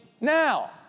now